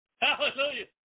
Hallelujah